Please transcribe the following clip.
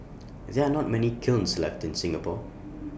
there are not many kilns left in Singapore